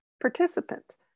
participant